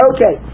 Okay